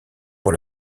pour